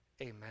Amen